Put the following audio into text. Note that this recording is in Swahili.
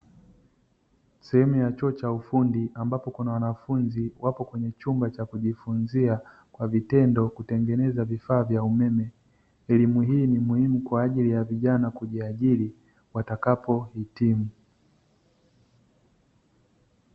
Sehemu ya chuo cha ufundi ambapo kuna wanafunzi wapo kwenye chumba cha kujifunzia kwa vitendo kutengeneza vifaa vya umeme. Elimu hii ni muhimu kwa ajili ya vijana kujiajiri watakapo hitimu.